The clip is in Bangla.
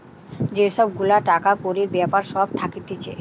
যে সব গুলা টাকা কড়ির বেপার সব থাকতিছে